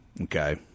Okay